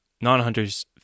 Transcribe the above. non-hunters